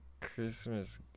Christmas